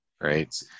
right